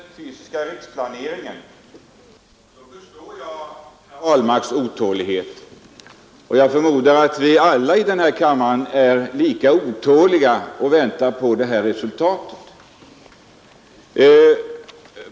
Herr talman! När det gäller den fysiska riksplaneringen förstår jag herr Ahlmarks otålighet, och jag förmodar att vi alla i denna kammare med samma otålighet väntar på resultatet av arbetet med den planeringen.